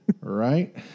Right